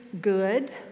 good